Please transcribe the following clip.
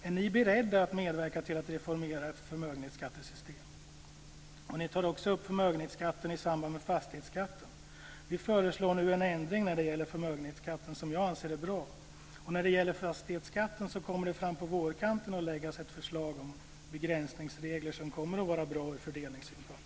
Är ni beredda att medverka till ett reformerat förmögenhetsskattesystem? Ni tar också upp förmögenhetsskatten i samband med fastighetsskatten. Vad gäller förmögenhetsskatten föreslår vi nu en ändring som jag anser är bra. När det gäller fastighetsskatten kommer framåt vårkanten ett förslag om begränsningsregler som kommer att vara bra från fördelningssynpunkt.